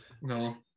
No